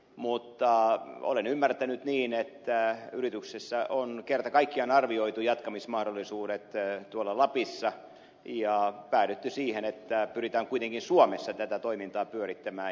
mutta olen ymmärtänyt niin että yrityksessä on kerta kaikkiaan arvioitu jatkamismahdollisuudet tuolla lapissa ja päädytty siihen että pyritään kuitenkin suomessa tätä toimintaa pyörittämään